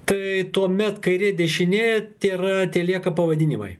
tai tuomet kairė dešinė tėra telieka pavadinimai